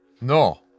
No